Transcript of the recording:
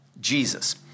Jesus